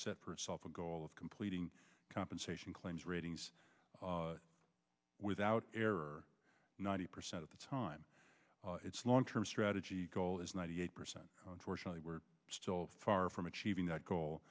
set for itself a goal of completing compensation claims ratings without error ninety percent of the time its long term strategy goal is ninety eight percent fortunately we're still far from achieving that goal